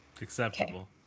acceptable